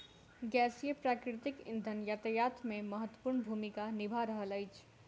गैसीय प्राकृतिक इंधन यातायात मे महत्वपूर्ण भूमिका निभा रहल अछि